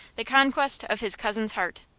the conquest of his cousin's heart.